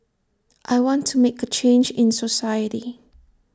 I want to make A change in society